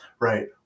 right